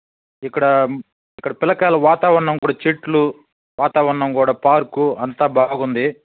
ఇక్కడ ఇక్కడ పిల్లకాయల వాతావరణం కూడా చెట్లు వాతావరణం కూడా పార్కు అంతా బాగుంది